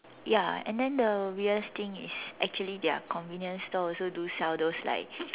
ya and then the weirdest thing is actually their convenience store also do sell those like